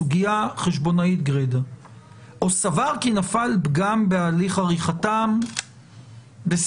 סוגיה חשבונאית גרידא - או סבר כי נפל פגם בהליך עריכתם בסדר,